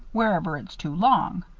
wherever it's too long.